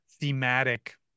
thematic